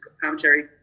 commentary